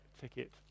ticket